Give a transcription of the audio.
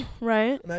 right